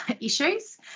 issues